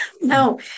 no